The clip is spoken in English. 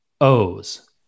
O's